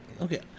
okay